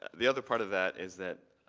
the other part of that is that